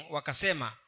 Wakasema